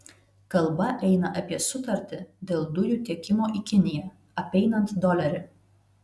kalba eina apie sutartį dėl dujų tiekimo į kiniją apeinant dolerį